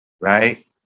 right